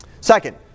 Second